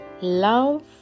love